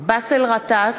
באסל גטאס,